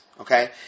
okay